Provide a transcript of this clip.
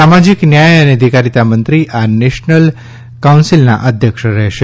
સામાજિક ન્યાય અને અધિકારિતા મંત્રી આ નેશનલ કાઉન્સિલના અધ્યક્ષ રહેશે